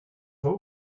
for